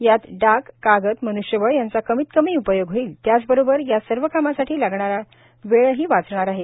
यात डाक कागद मन्ष्यबळ यांचा कमीत कमी उपयोग होईल त्याचबरोबर या सर्व कामासाठी लागणारा वेळी वाचणार आहे